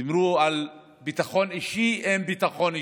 דיברו על ביטחון אישי, אין ביטחון אישי.